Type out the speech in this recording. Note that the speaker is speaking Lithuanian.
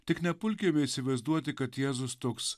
tik nepulkime įsivaizduoti kad jėzus toks